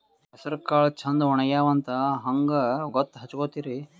ಹೆಸರಕಾಳು ಛಂದ ಒಣಗ್ಯಾವಂತ ಹಂಗ ಗೂತ್ತ ಹಚಗೊತಿರಿ?